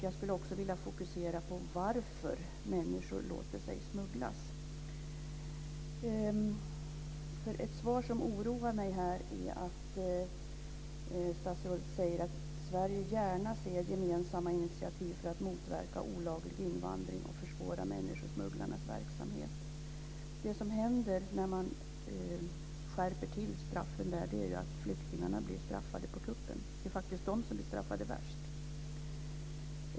Jag skulle också vilja fokusera på varför människor låter sig smugglas. Ett svar som oroar mig är att statsrådet säger att Sverige gärna ser gemensamma initiativ för att motverka olaglig invandring och försvåra människosmugglarnas verksamhet. Det som händer när man skärper straffen är att flyktingarna blir straffade på kuppen. Det är faktiskt de som blir värst straffade.